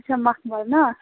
اچھا مکھمَل نا